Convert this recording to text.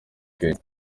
kenya